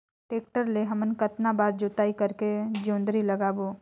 Tractor ले हमन कतना बार जोताई करेके जोंदरी लगाबो?